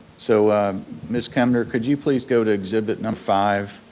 so miss kemner, could you please go to exhibit number five?